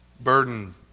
Burden